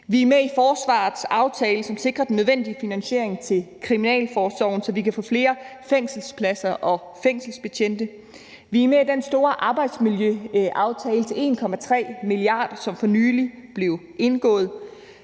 Vi er med i forsvarets aftale, som sikrer den nødvendige finansiering, og med til en aftale om kriminalforsorgen, så vi kan få flere fængselspladser og fængselsbetjente. Vi er med i den store arbejdsmiljøaftale til 1,3 mia. kr., som for nylig blev indgået.